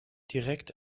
direkt